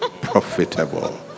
profitable